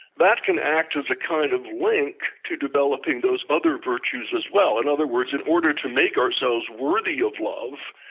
that can act as a kind of link to developing those other virtues as well. in other words, in order to make ourselves worthy of love,